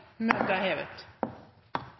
Møtet er hevet.